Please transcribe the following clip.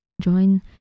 join